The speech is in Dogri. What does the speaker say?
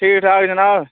ठीक ठाक जनाब